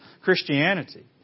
Christianity